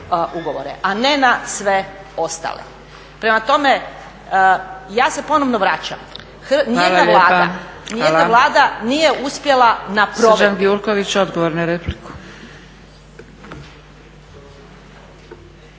a ne na sve ostale. Prema tome, ja se ponovno vraća, ni jedna Vlada nije uspjela … **Zgrebec,